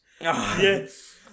Yes